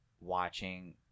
watching